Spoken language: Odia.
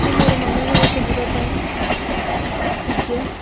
ମୁଁ ମୋର ମାମୁଁ ଘରକୁ ଯିବା ପାଇଁ ଟିକେ